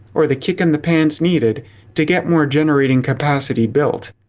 or the kick in the pants needed to get more generating capacity built.